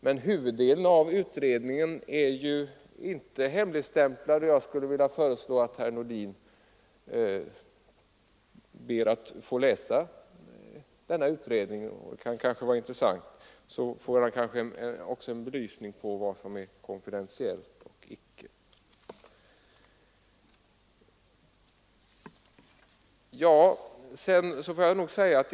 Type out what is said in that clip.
Men huvuddelen av utredningen är inte hemligstämplad, och jag skulle vilja föreslå att herr Nordin ber att få läsa denna utredning. Det kan kanske vara intressant.